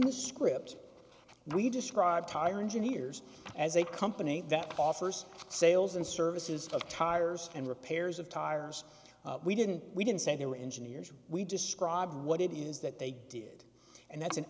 the script we describe tyron juniors as a company that offers sales and services of tires and repairs of tires we didn't we didn't say they were engineers we described what it is that they did and that's an